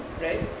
right